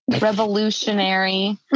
revolutionary